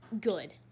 good